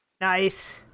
nice